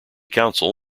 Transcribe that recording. council